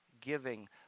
giving